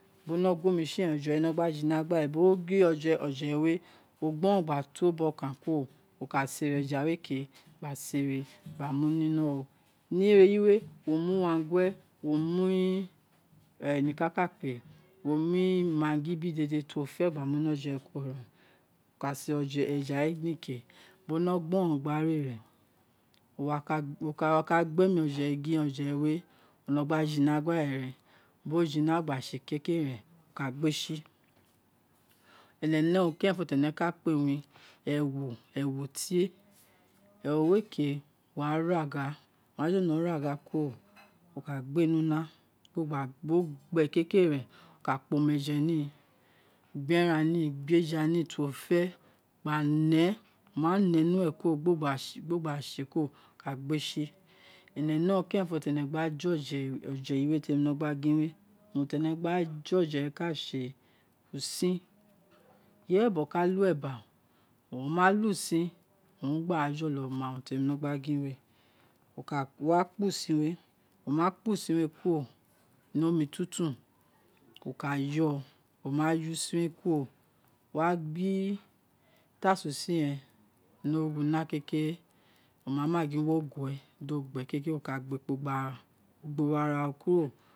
Bo nọ guọ omi si ren ọjẹ we no̱ gina gba re, bi o gin oje we o gboron gbato ubokan kuro wo ka sērē eja we ̄ kē, sere gba mu ni inọ ini ira eyiwe wo wa mu urua ngue wo mee maggi biri dede ti wo fẹ gbo mu ni ọjẹ we ̄ kuro renwo kasere eja we ke bo no gboron gba rē wo wa ka gbemi ọjẹ we o nọ gba jina gba rè ren bo jina gba se kekeren wo ka gbe si ene ne urun kerenfo fi ene ka kpe wun ewo hē ewo we kē wa ragha o ma jọlọ ragha kuro wo kakere ren o wa kpan omeje mi gbe eran ni gbe eja ni niti uwo fe gba ne wo ma nẹ ni ikwe kuro di ogba se kuro o ka gbe si ew̱e ne urun kere̱nfo ti e̱nẹ gba je o̱je̱ wē temi nogba gin we urun ti gba je oje we ka se usin ireye bobo ka lo ẹba wo malo usin, o wun wo gba jolo ma urun te mino gba gin we wo makpo usin we mo̱ ma kpo usin we ̄ kuro ni omi tuntun wo ka yō ō wo ma yōō usin wé kuro wa gbe utasen usin re ni origho una kekere, di uso gba ekpo gba gbo ro ara ro kuro